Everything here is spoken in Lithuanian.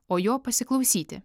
o jo pasiklausyti